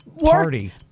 party